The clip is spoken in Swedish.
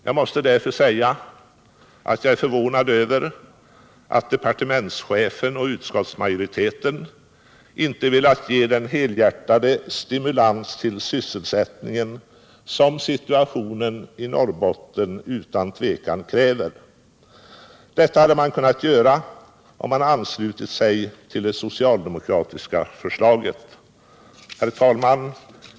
Jag är därför förvånad över att departementschefen och utskottsmajoriteten inte velat ge den helhjärtade stimulans till sysselsättningen, som situationen i Norrbotten kräver. Detta hade man kunnat göra om man anslutit sig till det socialdemokratiska förslaget. Herr talman!